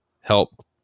help